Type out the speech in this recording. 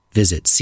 visit